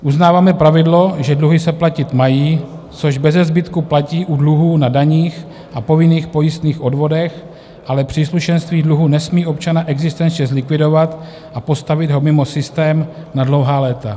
Uznáváme pravidlo, že dluhy se platit mají, což bezezbytku platí u dluhů na daních a povinných pojistných odvodech, ale příslušenství dluhu nesmí občana existenčně zlikvidovat a postavit ho mimo systém na dlouhá léta.